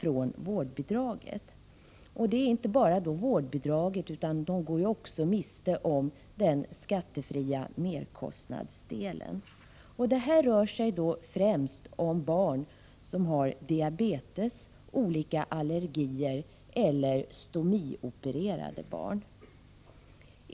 Och detta gäller inte bara vårdbidraget; de går också miste om den skattefria merkostnadsdelen. Det rör sig här främst om barn som har diabetes, barn som har olika allergier eller stomiopererade barn.